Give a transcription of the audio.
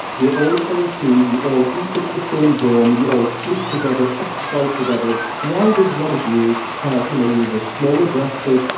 you're all twenty two, you all eat at the same dorm, you all sleep together exercise together why does one of you have. you know you're the smaller-breasted,